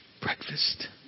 Breakfast